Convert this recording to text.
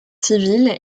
civils